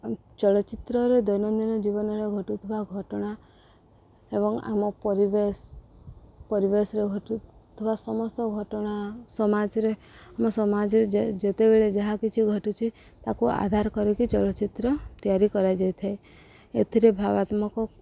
ଚଳଚ୍ଚିତ୍ରରେ ଦୈନନ୍ଦିନ ଜୀବନରେ ଘଟୁଥିବା ଘଟଣା ଏବଂ ଆମ ପରିବେଶ ପରିବେଶରେ ଘଟୁଥିବା ସମସ୍ତ ଘଟଣା ସମାଜରେ ଆମ ସମାଜରେ ଯେତେବେଳେ ଯାହା କିଛି ଘଟୁଛି ତାକୁ ଆଧାର କରିକି ଚଳଚ୍ଚିତ୍ର ତିଆରି କରାଯାଇଥାଏ ଏଥିରେ ଭାବାତ୍ମକ